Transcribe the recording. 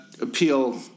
appeal